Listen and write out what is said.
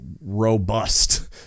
robust